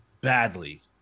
badly